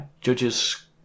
Judges